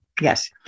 Yes